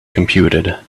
computed